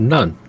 None